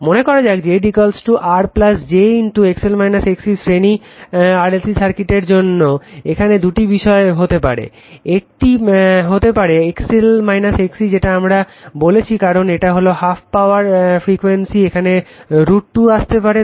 মনে করা যাক Z R j শ্রেণী RLC সার্কিটের জন্য এখানে দুটি বিষয় হতে পারে একটি হতে পারে XL XC যেটা আমরা বলেছি কারণ এটা হলো হ্যাফ পাওয়ার ফ্রিকুয়েন্সি এখানে √ 2 আসতেই হবে